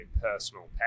personal